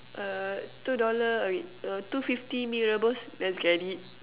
uh two dollar wait uh two fifty Mee-Rebus let's get it